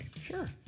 Sure